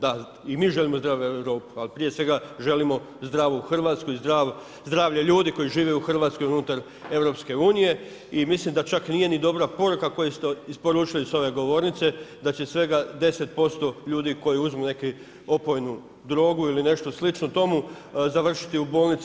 Da, i mi želimo zdravu Europu ali prije svega želimo zdravu Hrvatsku i zdravlje ljudi koji žive u Hrvatskoj i unutar EU-a i mislim da čak nije ni dobra poruka koju ste isporučili s ove govornice da će svega 10% ljudi koji uzmu neku opojnu drogu ili nešto slično tomu, završiti u bolnici.